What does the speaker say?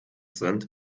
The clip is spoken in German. sind